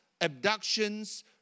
abductions